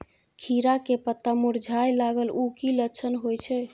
खीरा के पत्ता मुरझाय लागल उ कि लक्षण होय छै?